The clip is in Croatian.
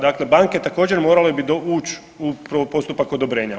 Dakle, banke također morale bi uć u postupak odobrenja.